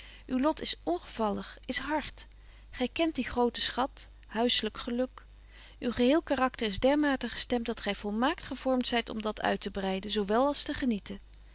uw lot is ongevallig is hard gy kent dien groten schat huisselyk geluk uw geheel karakter is dermate gestemt dat gy volmaakt gevormt zyt om dat uittebreiden zo wel als te genieten